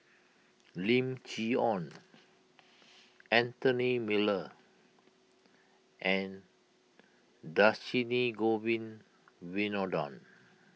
Lim Chee Onn Anthony Miller and Dhershini Govin Winodan